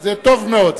זה טוב מאוד.